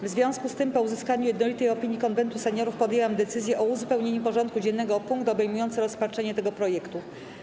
W związku z tym, po uzyskaniu jednolitej opinii Konwentu Seniorów, podjęłam decyzję o uzupełnieniu porządku dziennego o punkt obejmujący rozpatrzenie tego projektu.